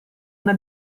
una